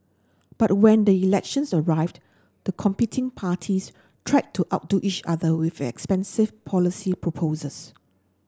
but when the elections arrived the competing parties tried to outdo each other with expensive policy proposals